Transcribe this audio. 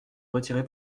retirer